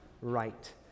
right